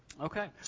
Okay